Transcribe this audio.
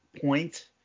point